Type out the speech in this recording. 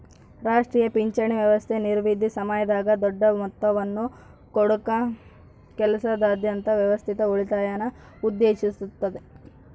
ರಾಷ್ಟ್ರೀಯ ಪಿಂಚಣಿ ವ್ಯವಸ್ಥೆ ನಿವೃತ್ತಿ ಸಮಯದಾಗ ದೊಡ್ಡ ಮೊತ್ತವನ್ನು ಕೊಡಕ ಕೆಲಸದಾದ್ಯಂತ ವ್ಯವಸ್ಥಿತ ಉಳಿತಾಯನ ಉತ್ತೇಜಿಸುತ್ತತೆ